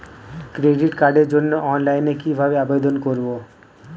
Credit কার্ডের জন্য অনলাইনে কিভাবে আবেদন করব?